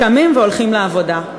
קמים והולכים לעבודה.